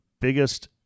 biggest